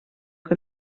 que